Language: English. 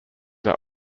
are